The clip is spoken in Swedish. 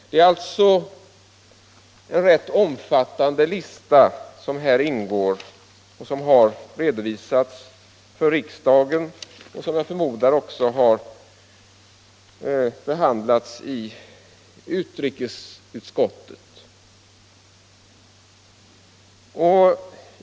Det är alltså en omfattande lista som har redovisats för riksdagen och som jag förmodar har behandlats i utrikesutskottet.